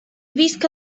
visca